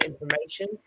information